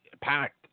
packed